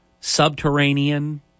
subterranean